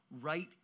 right